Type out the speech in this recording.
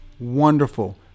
wonderful